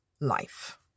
life